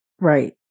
Right